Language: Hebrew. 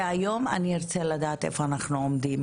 כי היום אני ארצה לדעת איפה אנחנו עומדים